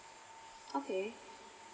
okay